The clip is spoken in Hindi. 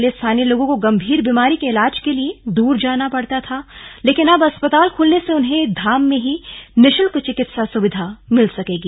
पहले स्थानीय लोगों को गंभीर बीमारी के ईलाज के लिए दूर जाना पड़ता था लेकिन अब अस्पताल खुलने से उन्हें धाम में ही निःशुल्क चिकित्सा सुविधा मिल सकेगी